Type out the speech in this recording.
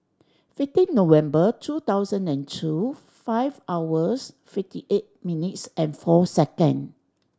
fifteen November two thousand and two five hours fifty eight minutes and four second